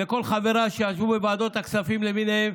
וכל חבריי שישבו בוועדות הכספים למיניהן,